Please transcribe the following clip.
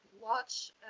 watch